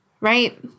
Right